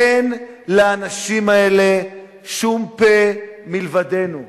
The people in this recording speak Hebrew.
אין לאנשים האלה שום פה מלבדנו.